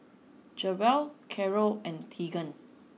Jewell Carole and Tegan